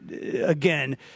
again